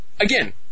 again